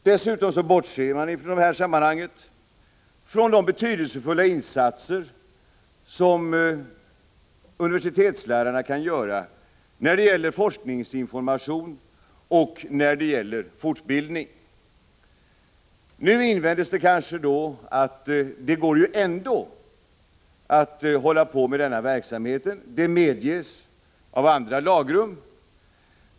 Dessutom bortser man i det här sammanhanget från de betydelsefulla insatser som universitetslärarna kan göra när det gäller forskningsinformation och fortbildning. Nu invänds kanske att det ju ändå går att hålla på med denna verksamhet, den medges av andra lagrum.